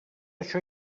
això